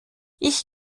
ich